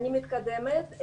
אני מתקדמת.